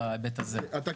בפועל זה כן.